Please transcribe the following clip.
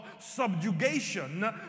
subjugation